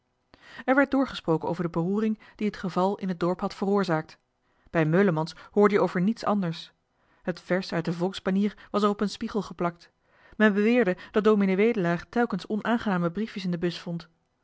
er werd doorgesproken over de beroering die het geval in het dorp had veroorzaakt bij meulemans hoorde je over niets anders het vers uit de volksbanier was er op een spiegel geplakt men beweerde dat dominee wedelaar telkens onaangename briefjes in de bus vond